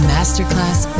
Masterclass